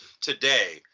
today